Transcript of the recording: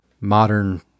modern